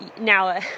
Now